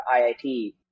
IIT